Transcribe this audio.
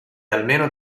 almeno